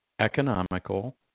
economical